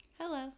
Hello